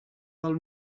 del